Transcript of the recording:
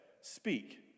speak